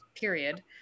period